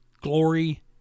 glory